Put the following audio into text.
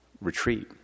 retreat